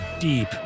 deep